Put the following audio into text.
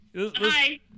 Hi